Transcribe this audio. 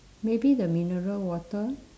maybe the mineral water